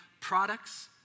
products